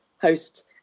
hosts